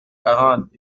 quarante